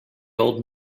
old